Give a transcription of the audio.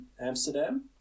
Amsterdam